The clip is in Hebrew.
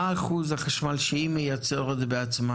מהו אחוז החשמל שהיא מייצרת בעצמה,